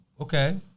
Okay